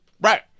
Right